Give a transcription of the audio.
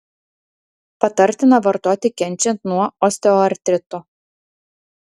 patartina vartoti kenčiant nuo osteoartrito